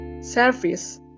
service